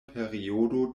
periodo